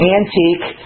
antique